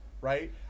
right